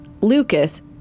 Lucas